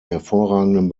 hervorragenden